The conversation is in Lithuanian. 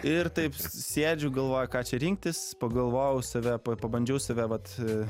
ir taip sėdžiu galvoju ką čia rinktis pagalvojau save pa pabandžiau save vat